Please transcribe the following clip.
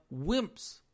wimps